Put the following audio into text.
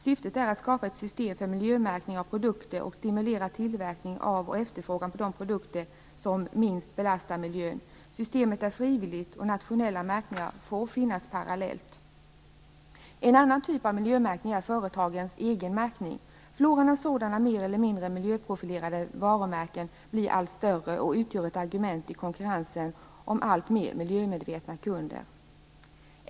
Syftet är att skapa ett system för miljömärkning av produkter och stimulera tillverkning av och efterfrågan på de produkter som minst beslastar miljön. Systemet är frivilligt, och nationella märkningar får finnas parallellt. En annan typ av miljömärkning är företagens egen märkning. Floran av sådana mer eller mindre miljöprofilerade varumärken blir allt större och utgör ett argument i konkurrensen om allt mer miljömedvetna kunder.